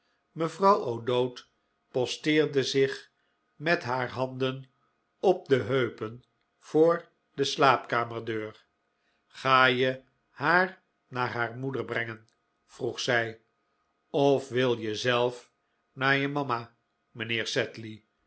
mevrouw o'dowd posteerde zich met haar handen op de heupen voor de slaapkamerdeur ga je haar naar haar moeder brengen vroeg zij of wil je zelf naar je mama